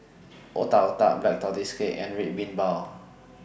Otak Otak Black Tortoise Cake and Red Bean Bao